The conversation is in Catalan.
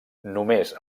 només